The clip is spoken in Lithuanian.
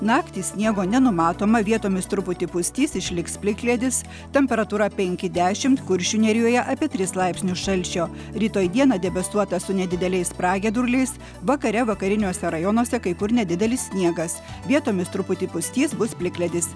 naktį sniego nenumatoma vietomis truputį pustys išliks plikledis temperatūra penki dešimt kuršių nerijoje apie tris laipsnius šalčio rytoj dieną debesuota su nedideliais pragiedruliais vakare vakariniuose rajonuose kai kur nedidelis sniegas vietomis truputį pustys bus plikledis